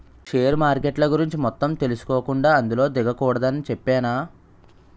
share మార్కెట్ల గురించి మొత్తం తెలుసుకోకుండా అందులో దిగకూడదని చెప్పేనా